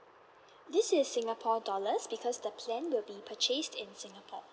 this is singapore dollars because the plan will be purchased in singapore